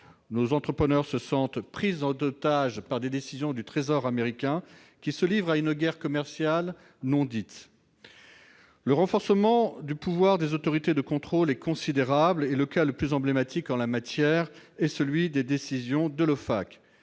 Nos entrepreneurs se sentent pris en otage par les décisions du Trésor américain, qui se livre à une guerre commerciale qui ne dit pas son nom. Le renforcement du pouvoir des autorités de contrôle est considérable. Le cas le plus emblématique en la matière est celui des décisions de l'OFAC.